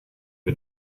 wir